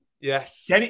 Yes